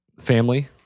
family